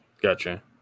Gotcha